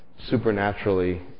supernaturally